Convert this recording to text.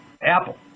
Apple